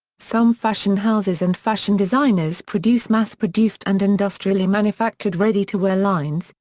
some fashion houses and fashion designers produce mass-produced and industrially manufactured ready-to-wear lines,